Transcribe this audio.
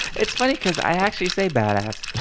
it's funny because i actually say bad ass.